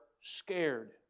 scared